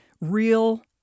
real